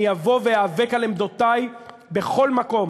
אני אבוא ואיאבק על עמדותי בכל מקום